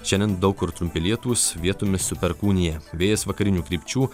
šiandien daug kur trumpi lietūs vietomis su perkūnija vėjas vakarinių krypčių